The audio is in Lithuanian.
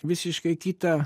visiškai kitą